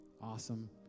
Awesome